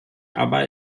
aber